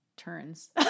turns